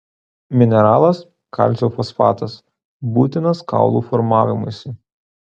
mineralas kalcio fosfatas būtinas kaulų formavimuisi